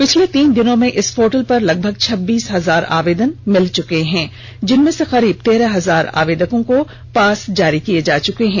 पिछले तीन दिनों में इस पोर्टल पर लगभग छब्बीस हजार आवेदन मिल चुके हैं जिनमें से करीब तेरह हजार आवेदकों को पास जारी किया जा चुका है